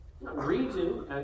Region